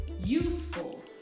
Useful